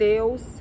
Deus